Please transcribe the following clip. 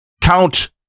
count